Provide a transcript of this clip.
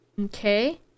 Okay